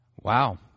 Wow